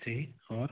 जी और